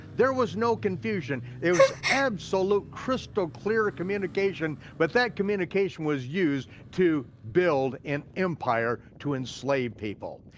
there was no confusion, there was absolute crystal clear communication, but that communication was used to build an empire to enslave people,